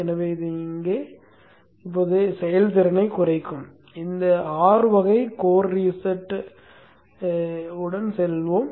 எனவே இது இப்போதே செயல்திறனைக் குறைக்கும் இந்த ஆர் வகை கோர் ரீசெட் உடன் செல்வோம்